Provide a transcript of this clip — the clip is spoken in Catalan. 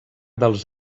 dels